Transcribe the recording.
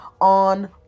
on